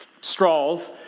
straws